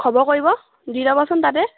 খব কৰিব দি ল'বচোন তাতে